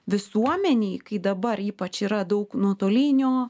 visuomenėj kai dabar ypač yra daug nuotolinio